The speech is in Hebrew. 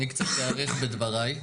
אני קצת אאריך בדבריי.